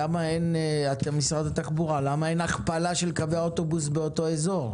למה אין הכפלה של קווי האוטובוס באותו אזור?